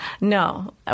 no